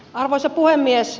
arvoisa puhemies